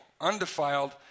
undefiled